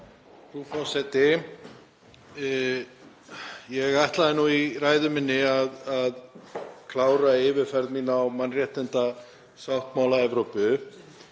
Frú forseti. Ég ætlaði í ræðu minni að klára yfirferð mína á mannréttindasáttmála Evrópu.